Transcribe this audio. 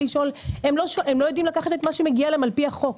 הם לא יודעים לקחת מה שמגיע להם על פי החוק.